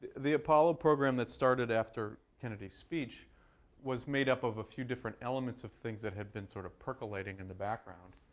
the apollo program that started after kennedy's speech was made up of a few different elements of things that had been sort of percolating in the background.